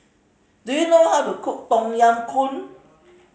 do you know how to cook Tom Yam Goong